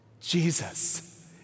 Jesus